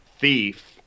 thief